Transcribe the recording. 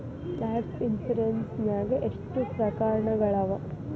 Life insurance ನ್ಯಾಗ ಎಷ್ಟ್ ಪ್ರಕಾರ್ಗಳವ?